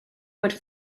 would